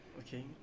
Okay